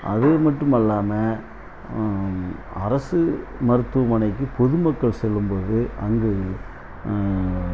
அது மட்டும் இல்லாமல் அரசு மருத்துவமனைக்கு பொதுமக்கள் செல்லும் போது அங்கு